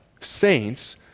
saints